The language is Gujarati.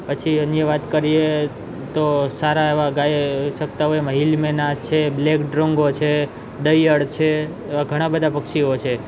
પછી અન્ય વાત કરીએ તો સારા એવા ગાઈ શકતા હોય એમાં હિલ મેના છે બ્લેક ડ્રનગોં છે દઈયળ છે એવા ઘણા બધા પક્ષીઓ છે